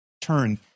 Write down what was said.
Turn